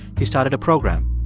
he started a program.